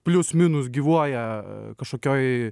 plius minus gyvuoja kažkokioj